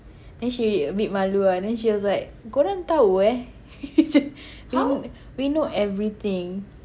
then she a bit malu ah and then she was like korang [tau] eh we we know everything